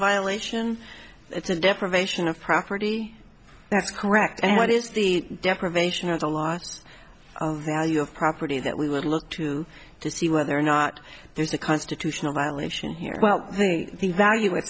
violation it's a deprivation of property that's correct and what is the deprivation of the loss of value of property that we would look to to see whether or not there's a constitutional violation here well the value of